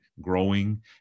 growing